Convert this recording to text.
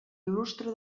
il·lustre